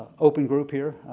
open group here,